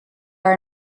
are